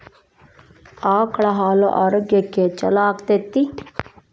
ಆಕಳ ಹಾಲು ಆರೋಗ್ಯಕ್ಕೆ ಛಲೋ ಆಕ್ಕೆತಿ?